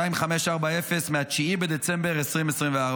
2540 מ-9 בדצמבר 2024,